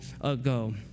ago